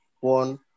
One